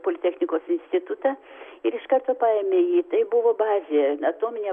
politechnikos institutą ir iš karto paėmė jį tai buvo bazė atominė